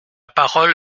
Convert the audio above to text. parole